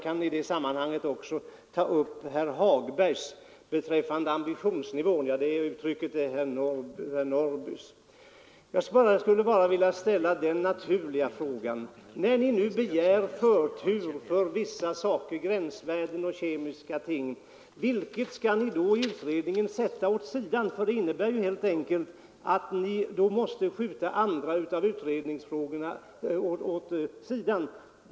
Vad beträffar herr Norrbys i Åkersberga resonemang angående ambitionsnivån — jag kan i det sammanhanget också ta upp vad herr Hagberg sade — skulle jag vilja ställa den naturliga frågan: När ni nu begär förtur för vissa saker såsom gränsvärden och halter av kemiska ämnen, vilket avsnitt i utredningen vill ni då skjuta åt sidan? Det innebär nämligen att ni måste skjuta andra utredningsfrågor åt sidan.